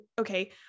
okay